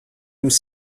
nous